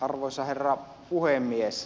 arvoisa herra puhemies